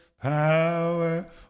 power